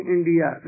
India